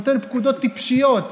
נותן פקודות טיפשיות.